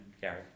Gary